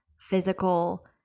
physical